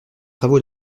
travaux